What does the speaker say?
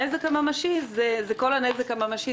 הנזק הממשי זה כל הנזק הממשי,